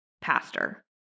pastor